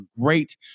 great